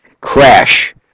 crash